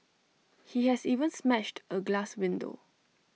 he has even smashed A glass window